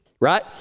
right